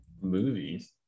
Movies